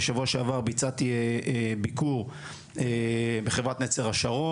בשבוע שעבר ביצעתי ביקור בחברת נצר השרון.